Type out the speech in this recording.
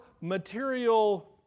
material